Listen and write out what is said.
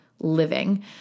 living